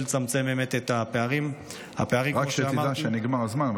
רק שתדע שנגמר הזמן,